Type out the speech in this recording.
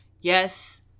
Yes